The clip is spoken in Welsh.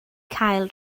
cael